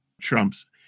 Trump's